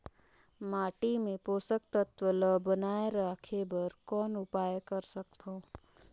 माटी मे पोषक तत्व ल बनाय राखे बर कौन उपाय कर सकथव?